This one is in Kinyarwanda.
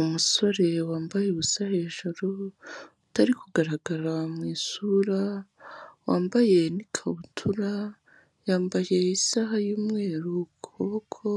Umusore wambaye ubusa hejuru utari kugaragara mu isura, wambaye n'ikabutura yamba isaha y'umweru ku kuboko,